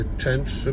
change